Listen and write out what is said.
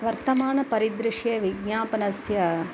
वर्तमानपरिदृश्यविज्ञापनस्य